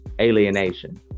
alienation